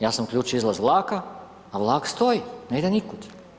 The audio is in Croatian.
Ja sam uključio izlaz vlaka a vlak stoji, ne ide nikud.